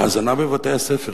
ההזנה בבתי-הספר